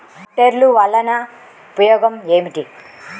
ట్రాక్టర్లు వల్లన ఉపయోగం ఏమిటీ?